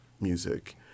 music